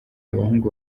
abahungu